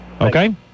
Okay